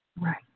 right